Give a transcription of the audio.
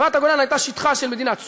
רמת-הגולן הייתה שטחה של מדינת סוריה.